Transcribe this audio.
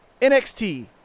NXT